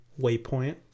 waypoint